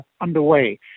underway